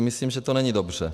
Myslím, že to není dobře.